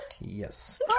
Yes